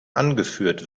angeführt